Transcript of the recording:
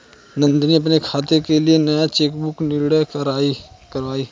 नंदनी अपने खाते के लिए नया चेकबुक निर्गत कारवाई